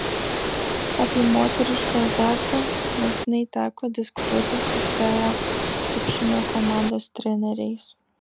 apie moterišką azartą neseniai teko diskutuoti su teo krepšinio komandos treneriais